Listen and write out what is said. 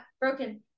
broken